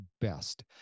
best